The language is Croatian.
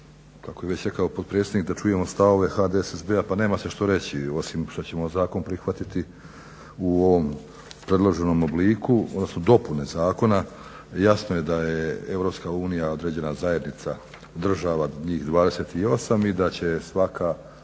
Kako je već rekao potpredsjednik da čujemo stavove HDSSB-a, pa nema se što reći osim što ćemo zakon prihvatiti u ovom predloženom obliku odnosno dopune zakona. Jasno je da je EU određena zajednica država njih 28 i da će svaka